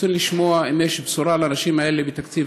ברצוני לשמוע אם יש בשורה לאנשים האלה בתקציב